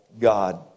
God